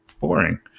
boring